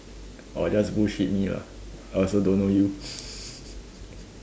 or just bullshit me lah I also don't know you